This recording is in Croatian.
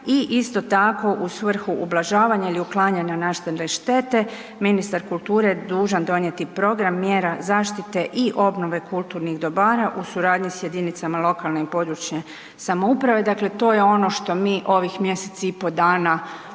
i isto tako u svrhu ublažavanja ili uklanjanja nastale štete, ministar kulture je dužan donijeti program mjera zaštite i obnove kulturnih dobara u suradnji s jedinicama lokalne i područne samouprave, dakle to je ono što mi ovih mjesec i pol dana u